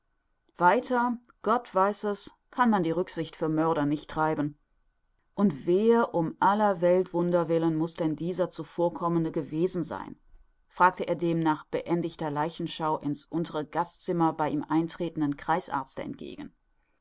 weiter gott weiß es kann man die rücksicht für mörder nicht treiben und wer um aller welt wunder willen muß denn dieser zuvorkommende gewesen sein fragte er dem nach beendigter leichenbeschau in's untere gastzimmer bei ihm eintretenden kreisarzte entgegen